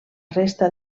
resta